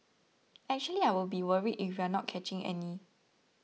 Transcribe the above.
actually I would be worried if we're not catching any